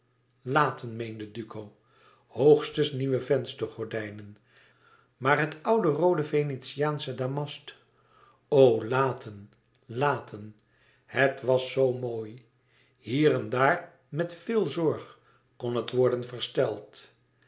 duco hoogstens nieuwe witte zijden venstergordijnen maar het oude roode venetiaansche damast o laten laten het was zoo mooi hier en daar met veel zorg kon het worden versteld